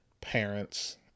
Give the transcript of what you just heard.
parents